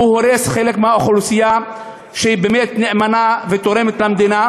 הוא הורס חלק מהאוכלוסייה שהיא באמת נאמנה ותורמת למדינה,